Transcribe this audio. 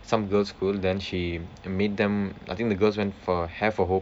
some girls' school then she made them I think the girls went for hair for hope